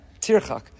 Tirchak